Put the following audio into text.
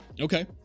okay